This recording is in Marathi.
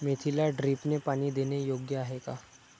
मेथीला ड्रिपने पाणी देणे योग्य आहे का?